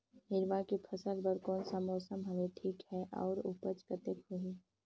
हिरवा के फसल बर कोन सा मौसम हवे ठीक हे अउर ऊपज कतेक होही?